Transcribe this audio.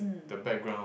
the background